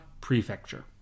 Prefecture